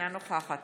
אינה נוכחת